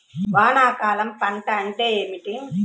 వానాకాలం పంట అంటే ఏమిటి?